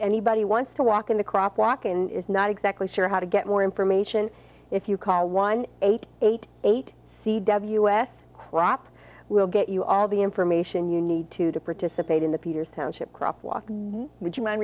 anybody wants to walk in the crop walk and is not exactly sure how to get more information if you call one eight eight eight seed ws crop we'll get you all the information you need to to participate in the peters township crop walk would you mind